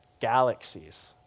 galaxies